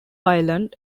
island